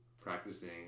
practicing